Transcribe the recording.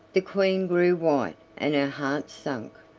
the queen grew white and her heart sank,